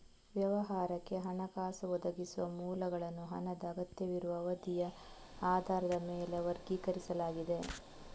ವ್ಯವಹಾರಕ್ಕೆ ಹಣಕಾಸು ಒದಗಿಸುವ ಮೂಲಗಳನ್ನು ಹಣದ ಅಗತ್ಯವಿರುವ ಅವಧಿಯ ಆಧಾರದ ಮೇಲೆ ವರ್ಗೀಕರಿಸಲಾಗಿದೆ